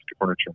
Furniture